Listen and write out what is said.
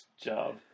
job